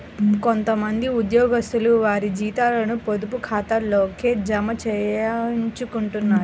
కొంత మంది ఉద్యోగస్తులు వారి జీతాలను పొదుపు ఖాతాల్లోకే జమ చేయించుకుంటారు